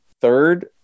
third